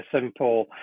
simple